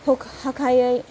हाखायै